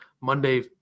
Monday